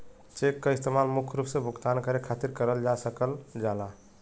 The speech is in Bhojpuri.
चेक क इस्तेमाल मुख्य रूप से भुगतान करे खातिर करल जा सकल जाला